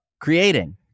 creating